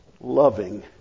loving